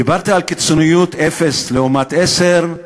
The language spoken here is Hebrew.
דיברתי על קיצוניות, אפס לעומת עשר,